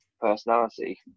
personality